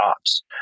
jobs